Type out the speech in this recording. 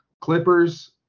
Clippers